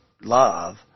love